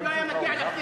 הוא לא היה מגיע לכנסת,